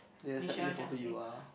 they'll accept you for who you are